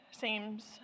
seems